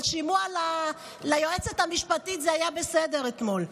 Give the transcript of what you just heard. אבל שימוע ליועצת המשפטית זה היה בסדר אתמול,